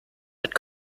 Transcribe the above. mit